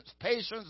patience